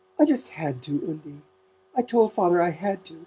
i just had to, undie i told father i had to.